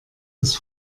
das